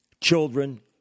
children